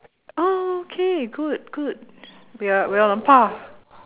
oh okay good good we're on par